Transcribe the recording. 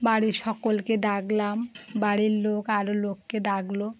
বাড়ির সকলকে ডাকলাম বাড়ির লোক আরও লোককে ডাকলো